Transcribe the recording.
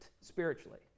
spiritually